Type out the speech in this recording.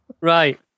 Right